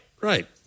right